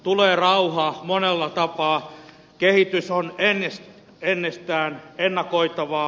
tulee rauha monella tapaa kehitys on ennestään ennakoitavaa